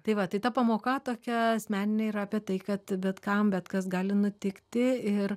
tai va tai ta pamoka tokia asmeninė yra apie tai kad bet kam bet kas gali nutikti ir